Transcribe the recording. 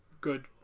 good